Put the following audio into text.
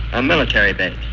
and military but